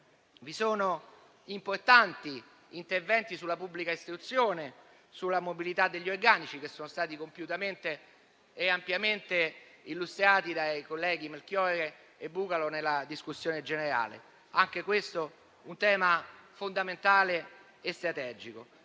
Vi sono importanti interventi sulla pubblica istruzione e sulla mobilità degli organici, che sono stati compiutamente e ampiamente illustrati dai colleghi Melchiorre e Bucalo nella discussione generale: anche questo è un tema fondamentale e strategico.